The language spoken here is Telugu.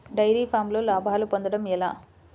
డైరి ఫామ్లో లాభాలు పొందడం ఎలా?